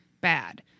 bad